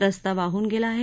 रस्ता वाहून गेला आहे